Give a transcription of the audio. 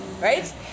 Right